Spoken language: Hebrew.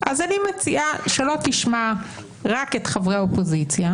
אני מציעה שלא תשמע רק את חברי האופוזיציה,